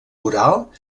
oral